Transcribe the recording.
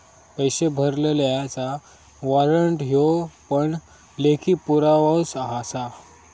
पैशे भरलल्याचा वाॅरंट ह्यो पण लेखी पुरावोच आसा